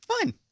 Fine